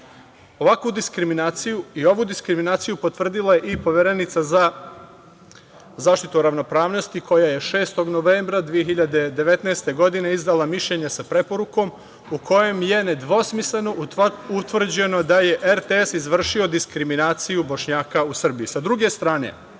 teret građana? Ovu diskriminaciju je potvrdila i Poverenica za zaštitu ravnopravnosti koja je 6. novembra 2019. godine izdala mišljenje sa preporukom u kojem je nedvosmisleno utvrđeno da je RTS izvršio diskriminaciju bošnjaka u Srbiji. Sa